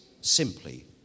simply